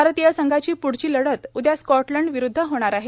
भारतीय संघाची पृढची लढत उदया स्कॉटटलँड विरूध्द होणार आहे